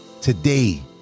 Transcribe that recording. Today